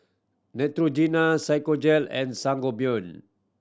Neutrogena and Sangobion